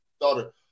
daughter